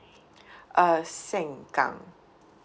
uh sengkang